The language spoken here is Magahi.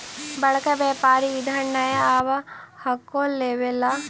बड़का व्यापारि इधर नय आब हको लेबे ला?